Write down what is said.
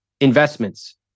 Investments